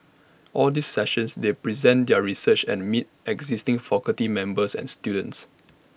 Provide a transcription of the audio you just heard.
all these sessions they present their research and meet existing faculty members and students